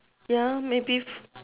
ya maybe f~